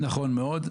נכון מאוד.